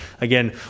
again